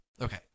Okay